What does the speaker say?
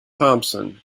thompson